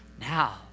now